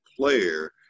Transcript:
player